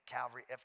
Calvary